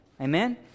Amen